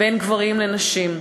בין גברים לנשים.